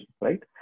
right